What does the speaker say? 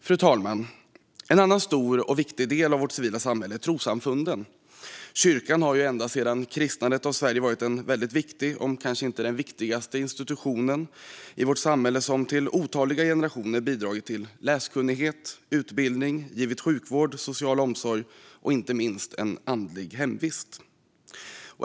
Fru talman! En annan stor och viktig del av vårt civila samhälle är trossamfunden. Kyrkan har ända sedan kristnandet av Sverige varit en väldigt viktig, om inte den viktigaste, institutionen i vårt samhälle som för otaliga generationer bidragit till läskunnighet och utbildning och givit sjukvård, social omsorg och inte minst en andlig hemvist.